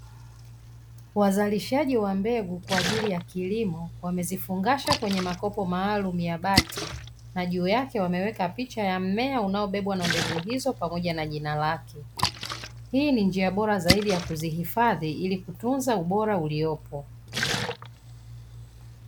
Wazalishaji wa mbegu kwa ajili ya kilimo wamezifungasha kwenye makopo maalumu ya bati, na juu yake wameweka picha ya mmea unao bebwa na mbegu hizo pamoja na jina lake. Hii ni njia bora zaidi ya kuzihifadhi ili kutunza ubora uliopo.